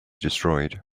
destroyed